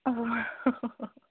ಓಹ್